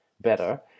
better